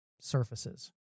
surfaces